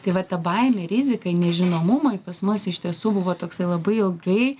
tai va ta baimė rizikai nežinomumui pas mus iš tiesų buvo toksai labai ilgai